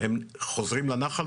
הם חוזרים לנחל,